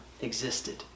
existed